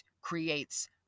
creates